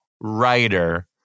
writer